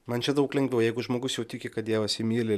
man čia daug lengviau jeigu žmogus jau tiki kad dievas jį myli